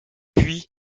puis